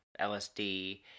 LSD